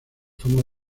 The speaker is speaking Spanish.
forma